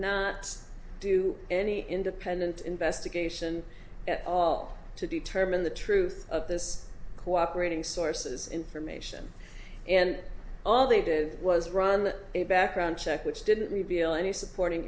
not do any independent investigation at all to determine the truth of this cooperating sources information and all they did was run a background check which didn't reveal any supporting